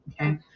okay